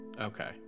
okay